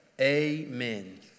Amen